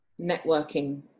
networking